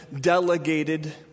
delegated